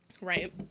Right